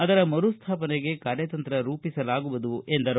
ಅದರ ಮರುಸ್ಥಾಪನೆಗೆ ಕಾರ್ಯತಂತ್ರ ರೂಪಿಸಲಾಗುವುದು ಎಂದರು